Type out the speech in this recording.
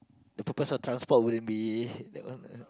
the purpose of transport would it be that one